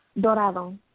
Dorado